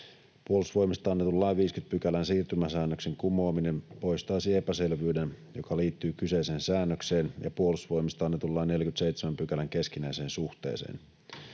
Puolustusvoimista annetun lain 50 §:n siirtymäsäännöksen kumoaminen poistaisi epäselvyyden, joka liittyy kyseiseen säännökseen ja puolustusvoimista annetun lain 47 §:n keskinäiseen suhteeseen.